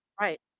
right